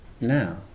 now